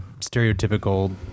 stereotypical